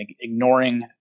ignoring